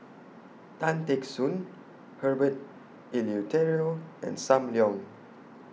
Tan Teck Soon Herbert Eleuterio and SAM Leong